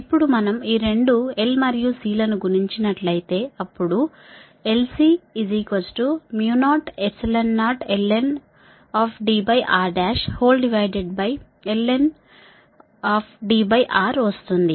ఇప్పుడు మనం ఈ రెండు L మరియు C లను గుణించినట్లయితే అప్పుడు LC 00lnDrlnDr వస్తుంది